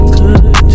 good